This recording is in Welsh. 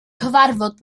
cyfarfod